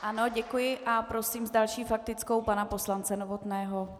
Ano, děkuji a prosím s další faktickou pana poslance Novotného.